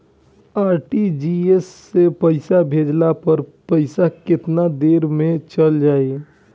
RTGS से पईसा भेजला पर पईसा केतना देर म जाई?